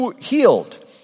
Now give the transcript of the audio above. healed